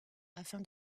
afin